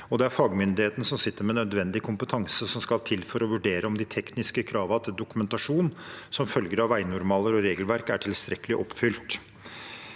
det er fagmyndighetene som sitter med nødvendig kompetanse som skal til for å vurdere om de tekniske kravene til dokumentasjon som følger av veinormaler og regelverk, er tilstrekkelig oppfylt.